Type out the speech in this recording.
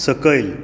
सकयल